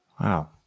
Wow